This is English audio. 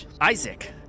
Isaac